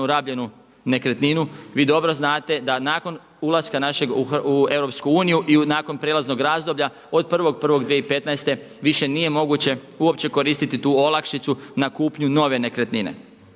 rabljenu nekretninu. Vi dobro znate da nakon ulaska našeg u EU i nakon prijelaznog razdoblja od 1.1.2015. više nije moguće uopće koristiti tu olakšicu na kupnju nove nekretnine.